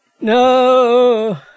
No